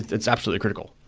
it's absolutely critical.